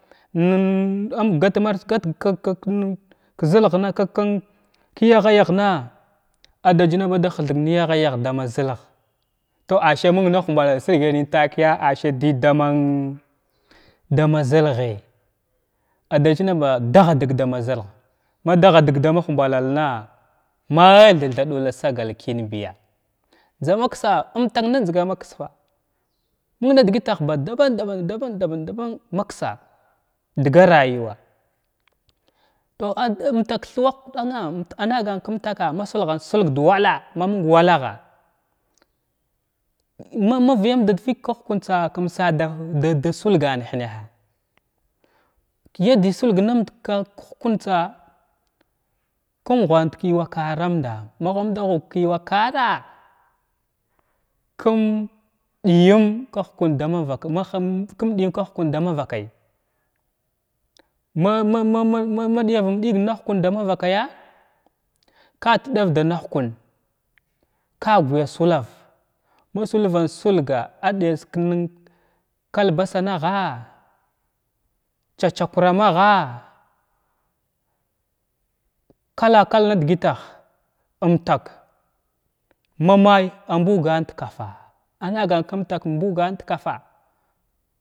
Am gatamars gatg nən ka zəlgna am ba yahayah na ada china ba da hthag na yahayah tha ma zəlgha tow asay məng na huballala sirgay nən takəya asay dəgla man dama zəlghəy ada china ba dagha dəg dama zəlgha ma daha dəg dama humballalna mathay tha ɗulla sagal kənbiya njza maksa umtak najzga maksa məng nadəgətah daɓan daban-daban-daban maksa dga rayuwa tow amtak thuwah ɗana umtak anagan kumtaka ma silhanttsilg da walla ma məng wallaha ma vəyam dəd vəg ka hukwan tsa kum sada da sulgan hənah kəya dəgəy sulg namda ka hukantsa kum ghwant ka yuwa karamda maghumda ghug ka yuwa kara a kum ɗayəm ka hukun da ma vak ma hay kum ɗayəm ka hukun da ma vakay ma ma ma ma maɗiyavun dəga nahukum da mava bay ka tɗav tha na hukun ka gya sulav ma salvant silga ɗəyas kən labasanha tsatsa kuramha kak kal nadəgətaha umtak ma may amɓugan da kafa’a a nagan kum taka mbugan da kafa’a.